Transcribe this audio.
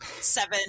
seven